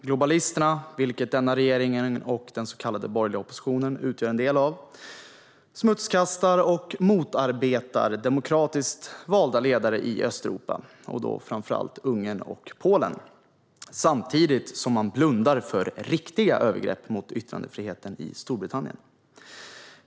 Globalisterna, vilket denna regering och den så kallade borgerliga oppositionen utgör en del av, smutskastar och motarbetar demokratiskt valda ledare i Östeuropa, framför allt i Ungern och Polen, samtidigt som de blundar för riktiga övergrepp mot yttrandefriheten i Storbritannien.